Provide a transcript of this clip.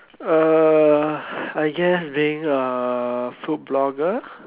uh I guess being a food blogger